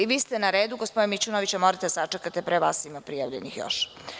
I vi ste na redu gospodine Mićunoviću, morate da sačekate pre vas ima prijavljenih još.